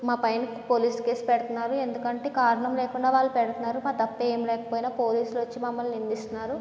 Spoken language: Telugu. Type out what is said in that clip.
మా పైన పోలీస్ కేస్ పెడుతున్నారు ఎందుకంటే కారణం లేకుండా వాళ్ళు పెడుతున్నారు మా తప్పేమి లేకపోయినా పోలీసులు వచ్చి మమ్మల్ని నిందిస్తున్నారు